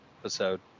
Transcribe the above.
episode